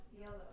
Yellow